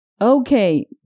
Okay